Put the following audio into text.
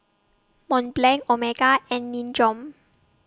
Mont Blanc Omega and Nin Jiom